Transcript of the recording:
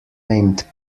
named